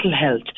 health